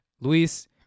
luis